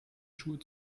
schuhe